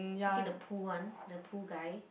is he the pool one the pool guy